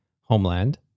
Homeland